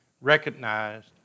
recognized